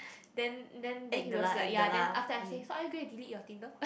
then then then he was like ya then after I say so are you going delete your Tinder